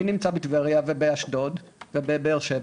מי נמצא בטבריה ובאשדוד ובבאר שבע?